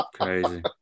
Crazy